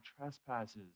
trespasses